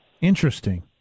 Interesting